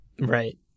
Right